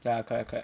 ya correct correct